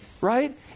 Right